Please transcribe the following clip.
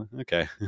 Okay